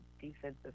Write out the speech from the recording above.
defensive